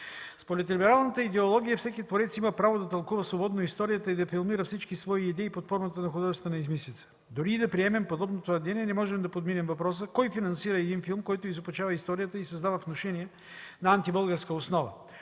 Според либералната идеология, всеки творец има право да тълкува свободно историята и да филмира всички свои идеи под формата на художествена измислица. Дори да приемем подобно твърдение, не може да подминем въпроса: кой финансира един филм, който изопачава историята и създава внушения на антибългарска основа?